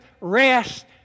rest